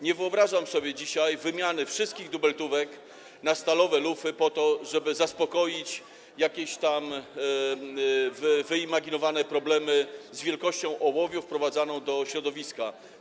Nie wyobrażam sobie dzisiaj wymiany wszystkich dubeltówek na stalowe lufy po to, żeby zaspokoić jakieś tam wyimaginowane problemy z wielkością ołowiu wprowadzanego do środowiska.